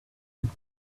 right